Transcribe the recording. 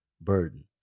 burden